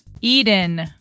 Eden